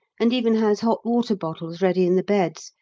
and even has hot-water bottles ready in the beds,